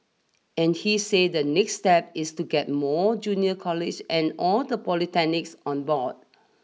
and he say the next step is to get more junior college and all the polytechnics on board